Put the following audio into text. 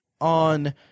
on